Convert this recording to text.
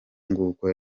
nguko